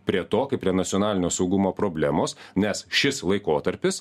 prie to kaip prie nacionalinio saugumo problemos nes šis laikotarpis